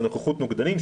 זה נוכחות נוגדנים,